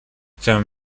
chcę